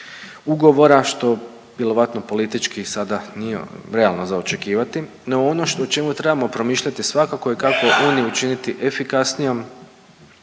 ugovora, što vjerojatno politički sada nije realno za očekivati. No ono o čemu trebamo promišljati svakako je kako Uniju učiniti efikasnijom